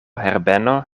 herbeno